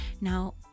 now